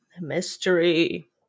Mystery